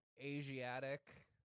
Asiatic